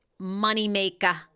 moneymaker